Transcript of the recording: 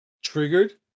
triggered